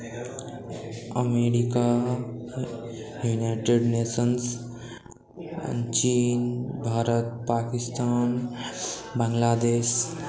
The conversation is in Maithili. अमेरिका यूनाइटेड नेशनस चीन भारत पाकिस्तान बांग्लादेश